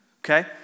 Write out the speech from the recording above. Okay